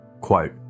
quote